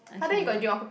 okay